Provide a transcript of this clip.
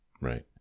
Right